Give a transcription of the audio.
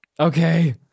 Okay